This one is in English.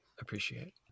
appreciate